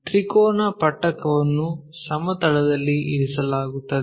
ತ್ರಿಕೋನ ಪಟ್ಟಕವನ್ನು ಸಮತಲದಲ್ಲಿ ಇರಿಸಲಾಗುತ್ತದೆ